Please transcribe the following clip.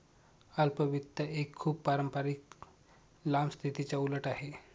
अल्प वित्त एक खूप पारंपारिक लांब स्थितीच्या उलट आहे